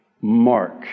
mark